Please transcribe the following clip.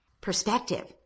perspective